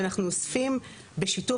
שאנחנו אוספים בשיתוף,